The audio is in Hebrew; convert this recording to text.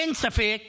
אין ספק